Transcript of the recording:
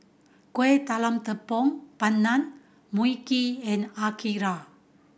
Kueh Talam Tepong Pandan Mui Kee and